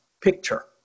picture